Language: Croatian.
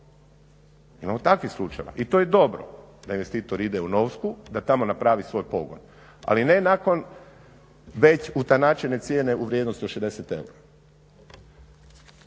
Imamo takvih slučajeva i to je dobro da investitor ide u Novsku da tamo napravi svoj pogon. Ali ne nakon već utanačene cijene u vrijednosti od 60 eura.